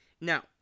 Now